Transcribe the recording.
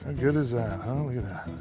and good is that, huh? and look at that.